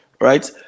Right